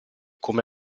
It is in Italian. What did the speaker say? come